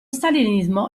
stalinismo